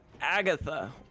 Agatha